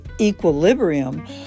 equilibrium